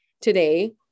today